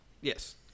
Yes